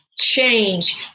change